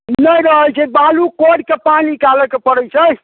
नहि रहैत छै बालू कोरि कऽ पानि निकालऽके पड़ैत छै